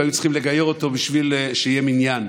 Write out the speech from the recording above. היו צריכים לגייר אותו כדי שיהיה מניין.